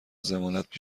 ضمانت